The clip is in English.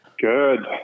Good